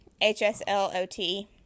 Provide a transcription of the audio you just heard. H-S-L-O-T